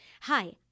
Hi